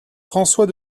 françois